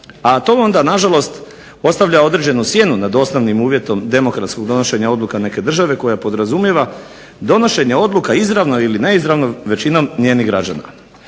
a to onda nažalost ostavlja određenu sjenu nad ostalim uvjetom demokratskog donošenja odluke neke države koja podrazumijeva donošenje odluka izravno ili neizravno većinom njenih građana.